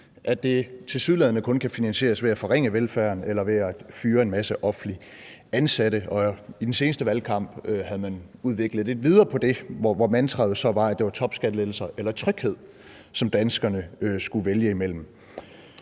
kun kan finansieres ved at forringe velfærden eller ved at fyre en masse offentligt ansatte. Og i den seneste valgkamp havde man udviklet lidt videre på det, hvor mantraet jo så var, at det var topskattelettelser eller tryghed, som danskerne skulle vælge imellem.